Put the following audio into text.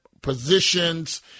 positions